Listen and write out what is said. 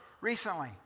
recently